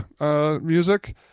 music